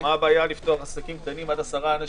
ובצדק אתה שואל מה הבעיה לפתוח עסקים קטנים עד 10 אנשים?